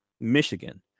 michigan